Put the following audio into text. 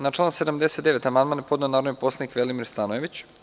Na član 79. amandman je podneo narodni poslanik Velimir Stanojević.